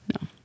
no